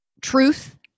truth